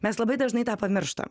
mes labai dažnai tą pamirštam